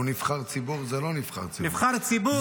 הוא נבחר ציבור, וזה לא נבחר ציבור.